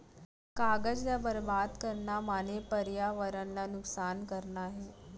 कागद ल बरबाद करना माने परयावरन ल नुकसान करना हे